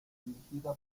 dirigida